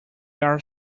are